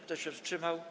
Kto się wstrzymał?